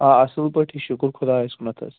آ اَصٕل پٲٹھی شُکر خۄدایَس کُنَتھ حظ